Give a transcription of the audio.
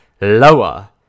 lower